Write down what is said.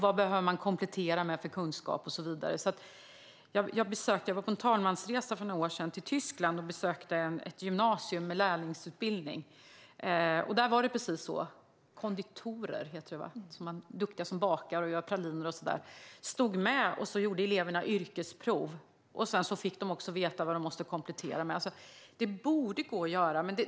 Vad behöver de komplettera med för kunskap? Jag var på talmansresa till Tyskland för några år sedan och besökte ett gymnasium med lärlingsutbildning, och där var det precis så: Duktiga konditorer, sådana som bakar och gör praliner, stod med när eleverna gjorde yrkesprov. Sedan fick eleverna veta vad de måste komplettera med. Det borde gå att göra här.